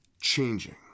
changing